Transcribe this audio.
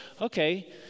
okay